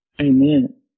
Amen